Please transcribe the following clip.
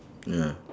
ya